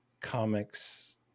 comics